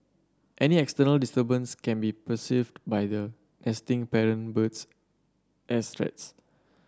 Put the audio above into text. any external disturbance can be perceived by the nesting parent birds as threats